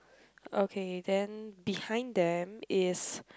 okay then behind them is